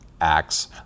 Acts